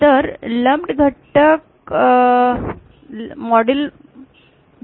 तर लम्प घटक मॉडेल दिले गेले आहे